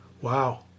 Wow